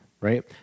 Right